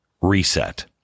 Reset